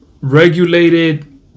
regulated